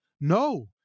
no